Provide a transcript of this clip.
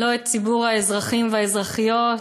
לא את ציבור האזרחים והאזרחיות,